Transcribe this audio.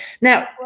Now